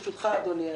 ברשותך אדוני,